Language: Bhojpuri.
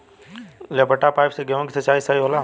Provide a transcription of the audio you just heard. लपेटा पाइप से गेहूँ के सिचाई सही होला?